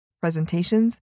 presentations